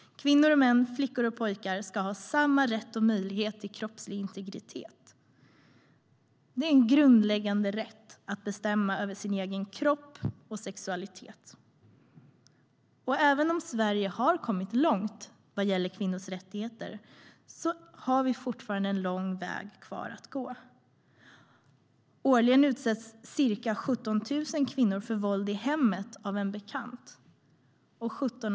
Kvinnor och män, flickor och pojkar ska ha samma rätt och möjlighet till kroppslig integritet. Det är en grundläggande rätt att bestämma över sin egen kropp och sexualitet, och även om Sverige har kommit långt vad gäller kvinnors rättigheter har vi fortfarande en lång väg kvar att gå. Årligen utsätts ca 17 000 kvinnor för våld i hemmet av en bekant.